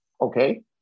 okay